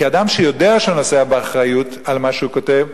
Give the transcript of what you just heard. כי אדם שיודע שהוא נושא באחריות על מה שהוא כותב,